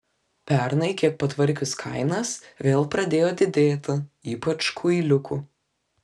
pernai kiek patvarkius kainas vėl pradėjo didėti ypač kuiliukų